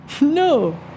No